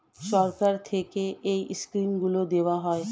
সরকার থেকে এই স্কিমগুলো দেওয়া হয়